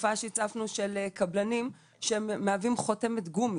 תופעה שהצפנו של קבלנים שהם מהווים חותמת גומי,